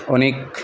অনেক